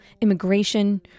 immigration